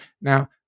Now